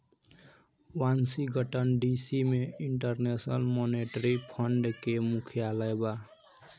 Washington DC में International Monetary Fund के मुख्यालय बा